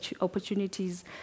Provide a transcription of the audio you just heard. opportunities